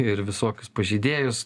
ir visokius pažeidėjus